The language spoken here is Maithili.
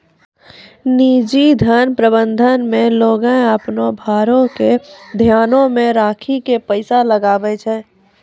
निजी धन प्रबंधन मे लोगें अपनो भारो के ध्यानो मे राखि के पैसा लगाबै छै